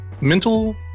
mental